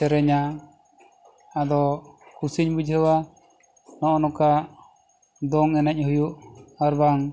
ᱥᱮᱨᱮᱧᱟ ᱟᱫᱚ ᱠᱩᱥᱤᱧ ᱵᱩᱡᱷᱟᱹᱣᱟ ᱱᱚᱜᱼᱚᱸᱭ ᱱᱚᱠᱟ ᱫᱚᱝ ᱮᱱᱮᱡ ᱦᱩᱭᱩᱜ ᱟᱨ ᱵᱟᱝ